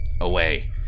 away